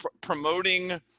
promoting